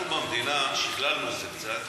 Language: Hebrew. אנחנו במדינה שכללנו את זה קצת.